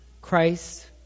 Christ